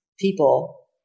people